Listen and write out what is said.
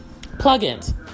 plugins